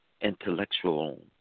intellectual